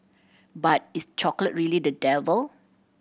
but is chocolate really the devil